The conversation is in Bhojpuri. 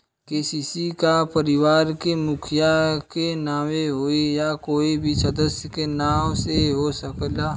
के.सी.सी का परिवार के मुखिया के नावे होई या कोई भी सदस्य के नाव से हो सकेला?